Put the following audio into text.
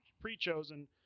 pre-chosen